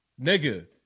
Nigga